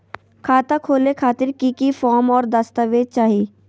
खाता खोले खातिर की की फॉर्म और दस्तावेज चाही?